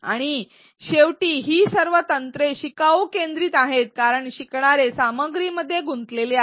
आणि शेवटी ही सर्व तंत्रे शिकाऊ केंद्रीत आहेत कारण शिकणारे सामग्रीमध्ये गुंतलेले आहेत